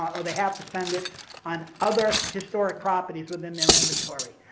or they have to spend it on other historic properties within their inventory.